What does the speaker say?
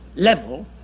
level